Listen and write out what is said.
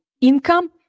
income